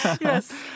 yes